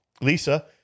Lisa